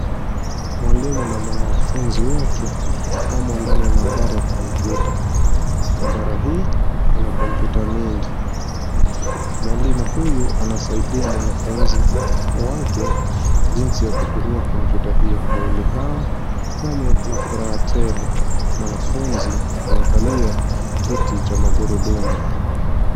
Mwalimu na mwanafunzi wake wamo ndani ya maabara ya kompyuta. Maabara hii una kompyuta mingi. Mwalimu huyu anasaidia mwanafunzi wake jinsi ya kutumia kompyuta hiyo. Wawili hao wamo na furaha tele. Mwanafunzi amekalia kiti cha magurudumu.